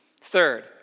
Third